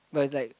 but it's like